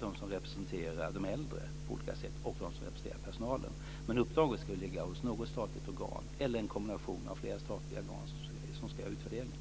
de som representerar de äldre på olika sätt och de som representerar personalen. Men uppdraget ska ligga hos något statligt organ eller en kombination av flera statliga organ som ska göra utvärderingen.